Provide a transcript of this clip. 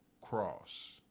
Cross